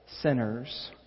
sinners